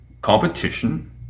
Competition